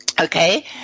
Okay